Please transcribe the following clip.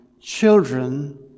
children